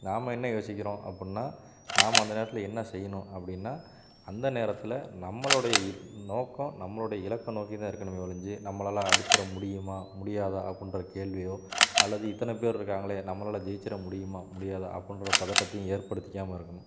நாம என்ன யோசிக்கிறோம் அப்புடின்னா நாம அந்த நேரத்தில் என்ன செய்யணும் அப்படின்னா அந்த நேரத்தில் நம்மளோடைய இ நோக்கம் நம்மளுடைய இலக்க நோக்கி தான் இருக்கணுமே ஒழிஞ்சி நம்மளால் அடிச்சிட முடியுமா முடியாதா அப்புடின்ற கேள்வியோ அல்லது இத்தனை பேர்ருக்காங்களே நம்மளால் ஜெயிச்சிட முடியுமா முடியாதா அப்புடின்ற பதட்டத்தையும் ஏற்படுத்திக்காமல் இருக்கணும்